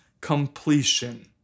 completion